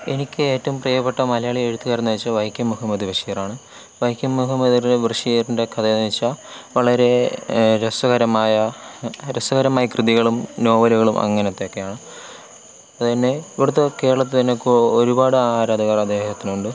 എനിക്ക് ഏറ്റവും പ്രിയപ്പെട്ട മലയാളി എഴുത്തുകാരനെന്ന് വെച്ചാൽ വൈക്കം മുഹമ്മദ് ബഷീർ ആണ് വൈക്കം മുഹമ്മദ് ബഷിറിൻ്റെ കഥ എന്ന് വെച്ചാൽ വളരെ രസകരമായ രസകരമായ കൃതികളും നോവലുകളും അങ്ങനത്തെയൊക്കെ ആണ് പിന്നെ ഇവിടുത്തെ കേരളത്തിൽ തന്നെ ഒരുപാട് ആരാധകർ അദ്ദേഹത്തിനുണ്ട്